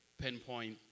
pinpoint